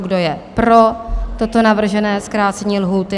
Kdo je pro toto navržené zkrácení lhůty?